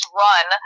run